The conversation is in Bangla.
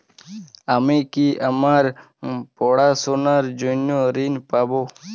আমি কি আমার পড়াশোনার জন্য ঋণ পাব?